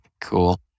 Cool